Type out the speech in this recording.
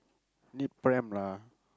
need pram lah